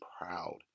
proud